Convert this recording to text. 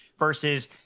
versus